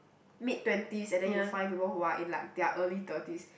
mid twenties and then you find people who are in like their early thirties